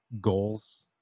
goals